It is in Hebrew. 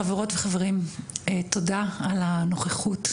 חברות וחברים תודה על הנוכחות,